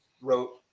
wrote